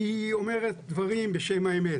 שהיא אומרת דברים בשם האמת.